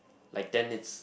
like then it's